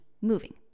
moving